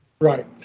Right